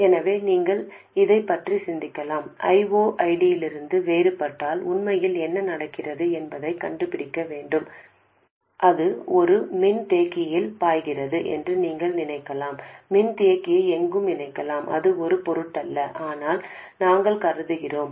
எனவே நீங்கள் இதைப் பற்றி சிந்திக்கலாம் I0 ID யிலிருந்து வேறுபட்டால் உண்மையில் என்ன நடக்கிறது என்பதைக் கண்டுபிடிக்க இது ஒரு மின்தேக்கியில் பாய்கிறது என்று நீங்கள் நினைக்கலாம் மின்தேக்கியை எங்கும் இணைக்கலாம் அது ஒரு பொருட்டல்ல ஆனால் நாங்கள் கருதுவோம்